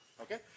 Okay